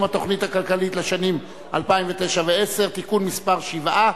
התוכנית הכלכלית לשנים 2009 ו-2010) (תיקון מס' 7),